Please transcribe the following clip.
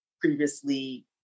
previously